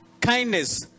kindness